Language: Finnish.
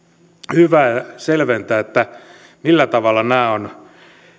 hyvä selventää että millä tavalla nämä ovat